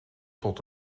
tot